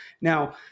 Now